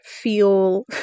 feel